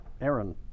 Aaron